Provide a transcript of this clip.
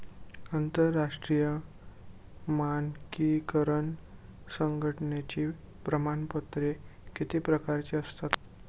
आंतरराष्ट्रीय मानकीकरण संघटनेची प्रमाणपत्रे किती प्रकारची असतात?